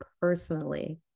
personally